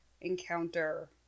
encounter